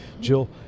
Jill